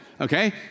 Okay